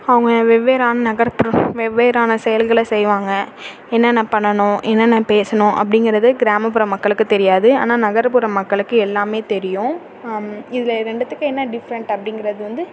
அவங்க வெவ்வேறான நகரத்தில் வெவ்வேறான செயல்களை செய்வாங்க என்னென்ன பண்ணணும் என்னென்ன பேசணும் அப்படிங்கிறது கிராமப்புற மக்களுக்கு தெரியாது ஆனால் நகர்ப்புற மக்களுக்கு எல்லாம் தெரியும் இதில் ரெண்டுத்துக்கும் என்ன டிஃப்ரெண்ட் அப்படிங்கிறது வந்து